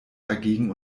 dagegen